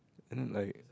and then like